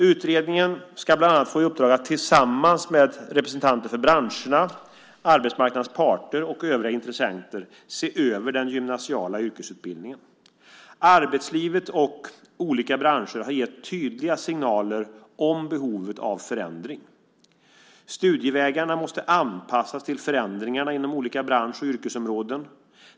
Utredningen ska bland annat få i uppdrag att tillsammans med representanter för branscherna, arbetsmarknadens parter och övriga intressenter se över den gymnasiala yrkesutbildningen. Arbetslivet och olika branscher har gett tydliga signaler om behovet av förändring. Studievägarna måste anpassas till förändringarna inom olika bransch och yrkesområden.